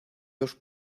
dos